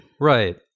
Right